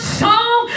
song